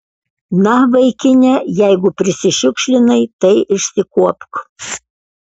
na vaikine jeigu prisišiukšlinai tai išsikuopk